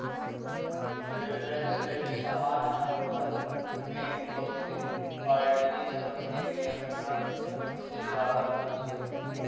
reference rate सामान्य अनुबंध में उपस्थित पार्टिय सभके नियंत्रण से बाहर होइ छइ